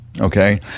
Okay